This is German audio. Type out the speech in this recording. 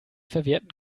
verwerten